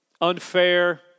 unfair